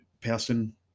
person